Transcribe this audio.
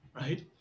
right